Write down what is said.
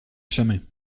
chemins